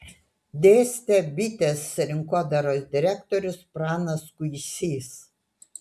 dėstė bitės rinkodaros direktorius pranas kuisys